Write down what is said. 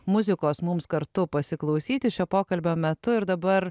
muzikos mums kartu pasiklausyti šio pokalbio metu ir dabar